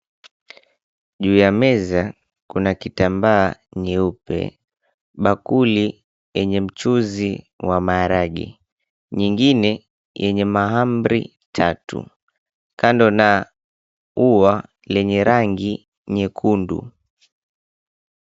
Juu ya meza kuna kitambaa cheupe. Bakuli yenye mchuzi wa maharagwe, nyingine yenye mahamri tatu kando na ua lenye rangi nyekundu.